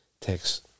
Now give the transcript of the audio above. takes